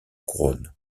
couronne